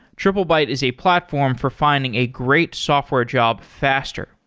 triplebyte is a platform for finding a great software job faster.